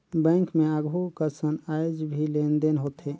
bank मे आघु कसन आयज भी लेन देन होथे